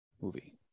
movie